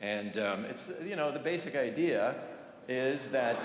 and it's you know the basic idea is that